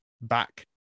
back